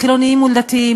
חילוניים מול דתיים,